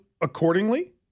accordingly